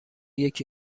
یکی